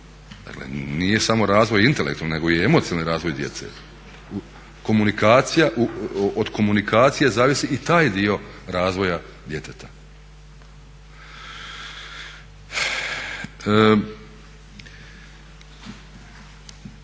nije samo razvoj intelektualni nego i emocionalni razvoj djece. Komunikacija, od komunikacije zavisi i taj dio razvoja djeteta.